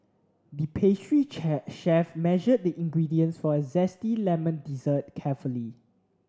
the pastry chair chef measured the ingredients for a zesty lemon dessert carefully